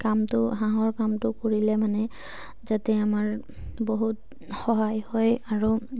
কামটো হাঁহৰ কামটো কৰিলে মানে যাতে আমাৰ বহুত সহায় হয় আৰু